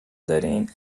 دارین